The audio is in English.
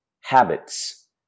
habits